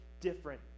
different